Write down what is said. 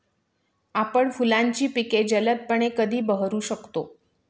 आपण फुलांची पिके जलदपणे कधी बहरू शकतो?